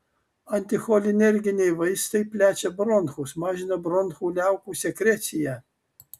anticholinerginiai vaistai plečia bronchus mažina bronchų liaukų sekreciją